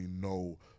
no